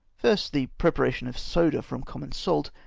fu-st, the preparation of soda from common salt,